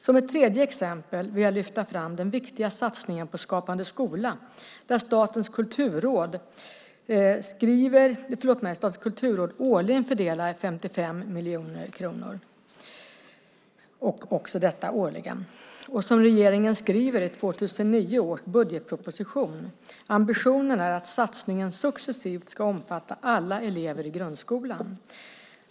Som ett tredje exempel vill jag lyfta fram den viktiga satsningen på Skapande skola, där Statens kulturråd årligen fördelar 55 miljoner kronor. Och som regeringen skriver i 2009 års budgetproposition: Ambitionen är att satsningen successivt ska omfatta alla elever i grundskolan.